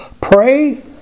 pray